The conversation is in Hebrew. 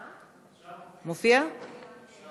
לא סתם אני מתחילה את הנאום הזה במליאה ב-09:30 כשכולכם,